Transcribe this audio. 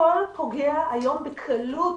כל פוגע היום בקלות